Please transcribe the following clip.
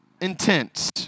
intense